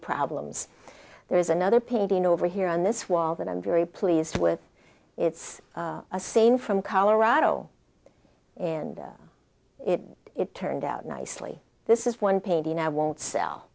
problems there is another painting over here on this wall that i'm very pleased with it's a scene from colorado in it it turned out nicely this is one painting i won't sell